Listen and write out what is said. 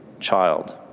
child